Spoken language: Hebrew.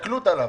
ההסתכלות עליו,